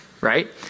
right